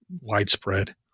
widespread